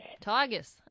Tigers